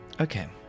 Okay